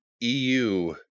EU